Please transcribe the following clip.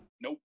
Nope